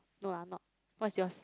no lah not what's yours